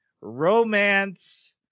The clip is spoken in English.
romance